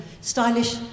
Stylish